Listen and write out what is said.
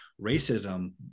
Racism